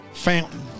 fountain